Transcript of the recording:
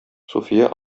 суфия